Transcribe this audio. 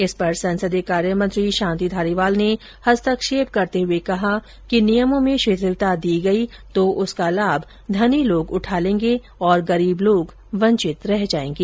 इस पर संसदीय कार्यमंत्री शांति धारीवाल ने हस्तक्षेप करते हुए कहा कि नियमों में शिथिलता दी गई तो उसका लाभ धनी लोग उठा लेंगे और गरीब वंचित रह जाएंगे